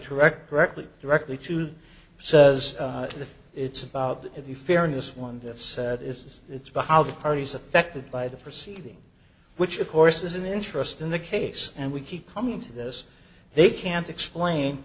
correct directly directly to says it's about the fairness one that said is it's about how the parties affected by the proceeding which of course is an interest in the case and we keep coming to this they can't explain